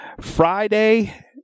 Friday